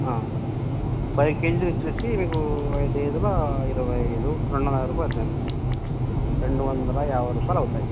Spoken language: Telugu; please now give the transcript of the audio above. ఫైవ్ కేజీస్ వచ్చి మీకు ఐదైదుల ఇరవై ఐదు రెండు వందల రూపాయలౌతుందమ్మా రెండు వందల యాభై రూపాయలు అవుతాయ్